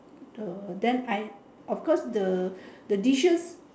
the then I of course the the dishes